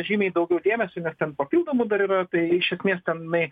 žymiai daugiau dėmesio nes ten papildomų dar yra tai iš esmės ten jinai